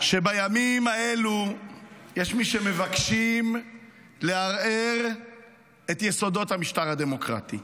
שבימים האלה יש מי שמבקשים לערער את יסודות המשטר הדמוקרטי.